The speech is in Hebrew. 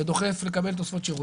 ודוחף לקבל תוספות שירות.